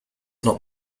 not